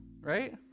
right